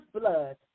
blood